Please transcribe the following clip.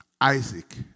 Isaac